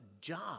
job